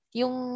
yung